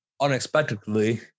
unexpectedly